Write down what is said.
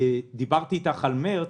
דיברתי איתך על מרץ.